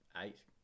eight